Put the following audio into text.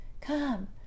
Come